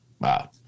Wow